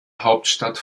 hauptstadt